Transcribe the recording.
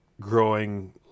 growing